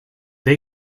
they